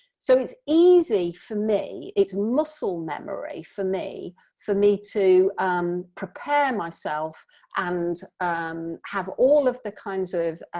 so it's easy for me, it's muscle memory for me for me to um prepare myself and have all of the kinds of